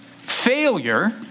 failure